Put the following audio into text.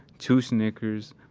two snickers,